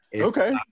Okay